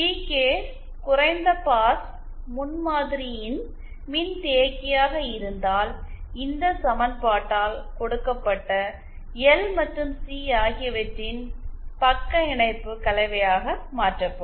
K குறைந்த pass முன்மாதிரியின் மின்தேக்கியாக இருந்தால் இந்த சமன்பாட்டால் கொடுக்கப்பட்ட எல் மற்றும் சி ஆகியவற்றின் பக்க இணைப்பு கலவையாக மாற்றப்படும்